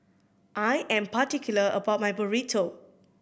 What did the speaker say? I am particular about my Burrito